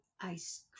ice